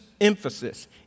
emphasis